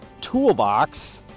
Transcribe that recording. toolbox